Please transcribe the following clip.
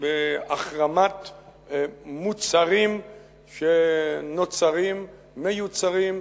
בהחרמת מוצרים שנוצרים, מיוצרים,